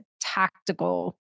tactical